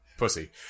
pussy